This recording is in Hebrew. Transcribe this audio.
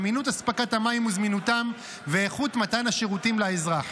אמינות הספקת המים וזמינותם ואיכות מתן השירותים לאזרח.